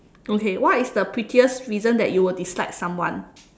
okay what is the prettiest reason that you will dislike someone